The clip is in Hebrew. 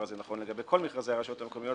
הזה נכון לגבי כל מכרזי הרשויות המקומיות,